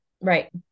Right